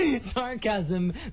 sarcasm